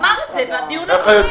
אמר את זה בדיון הקודם.